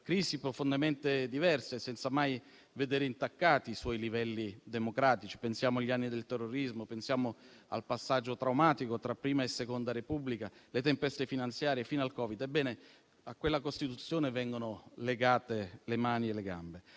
crisi profondamente diverse senza mai vedere intaccati i suoi livelli democratici (pensiamo agli anni del terrorismo, al passaggio traumatico tra prima e seconda Repubblica, alle tempeste finanziarie fino al Covid), vengono legate le mani e le gambe.